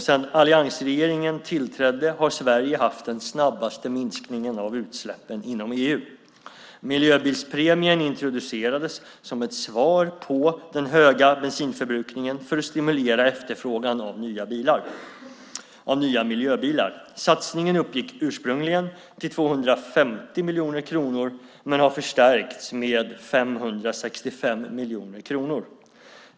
Sedan alliansregeringen tillträdde har Sverige haft den snabbaste minskningen av utsläppen inom EU. Miljöbilspremien introducerades som ett svar på den höga bensinförbrukningen för att stimulera efterfrågan på nya miljöbilar. Satsningen uppgick ursprungligen till 250 miljoner kronor men har förstärkts med 565 miljoner kronor.